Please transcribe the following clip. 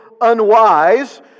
unwise